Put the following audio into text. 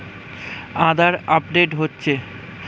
আধার update হচ্ছে?